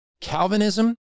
Calvinism